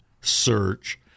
search